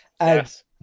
Yes